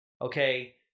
okay